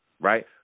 right